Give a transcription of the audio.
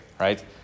right